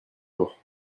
jours